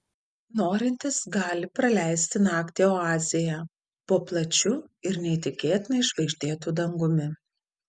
norintys gali praleisti naktį oazėje po plačiu ir neįtikėtinai žvaigždėtu dangumi